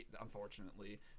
Unfortunately